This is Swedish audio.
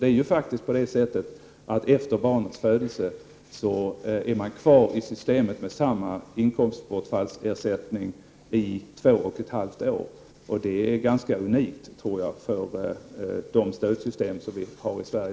Det är ju faktiskt på det sättet att efter barnets födelse är man kvar i systemet med samma inkomstbortfallsersättning i två och ett halvt år. Det tror jag är ganska unikt för de stödsystem vi har i Sverige.